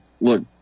look